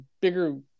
bigger